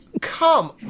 come